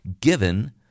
given